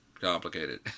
complicated